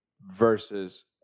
versus